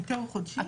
ההיתר הוא חודשי?